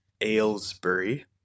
Aylesbury